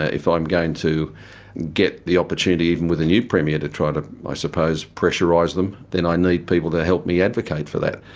ah if ah i'm going to get the opportunity even with a new premier to try to i suppose pressurise them, then i need people to help me advocate for that.